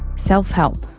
self-help